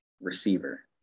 receiver